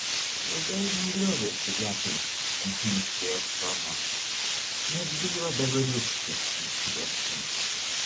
ilgainiui liovėsi lepintis ant minkštojo aksomo nes bijodavo lipti ant krėslo